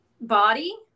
body